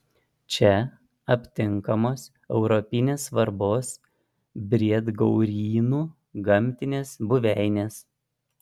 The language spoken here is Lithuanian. čia aptinkamos europinės svarbos briedgaurynų gamtinės buveinės